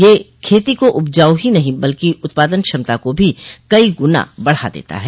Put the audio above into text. यह खेती को उपजाऊ ही नही बल्कि उत्पादन क्षमता को भी कई गुना बढ़ा देता है